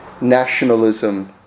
nationalism